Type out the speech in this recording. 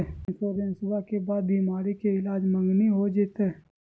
इंसोरेंसबा के बाद बीमारी के ईलाज मांगनी हो जयते?